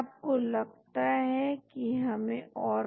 तो आप फार्मकोफोर को रख लेते हैं लेकिन आप केंद्रीय भाग को हटा देते हैं